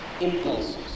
impulses